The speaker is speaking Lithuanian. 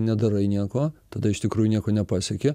nedarai nieko tada iš tikrųjų nieko nepasieki